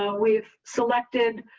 ah we've selected.